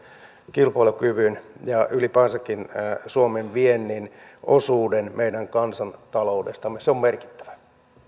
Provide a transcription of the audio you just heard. kilpailukyvyn ja ylipäänsäkin suomen viennin osuuden meidän kansantaloudestamme se on merkittävä